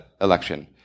election